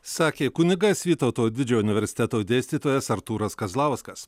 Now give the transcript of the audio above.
sakė kunigas vytauto didžiojo universiteto dėstytojas artūras kazlauskas